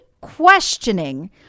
questioning